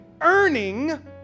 earning